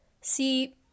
see